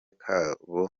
kabo